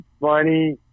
funny